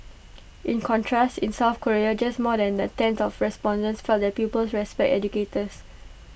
in contrast in south Korea just more than A tenth of respondents felt that pupils respect educators